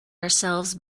ourselves